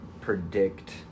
predict